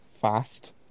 fast